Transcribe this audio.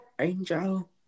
Angel